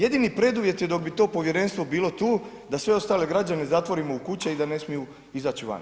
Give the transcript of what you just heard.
Jedini preduvjet je da bi to povjerenstvo bilo tu, da sve ostale građane zatvorimo u kuće i da ne smiju izaći vani.